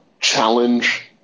challenge